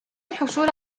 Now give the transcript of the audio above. الحصول